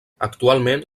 actualment